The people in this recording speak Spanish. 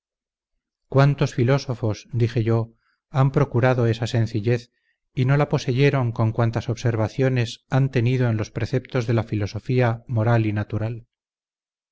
cuántos filósofos dije yo han procurado esa sencillez y no la poseyeron con cuantas observaciones han tenido en los preceptos de la filosofía moral y natural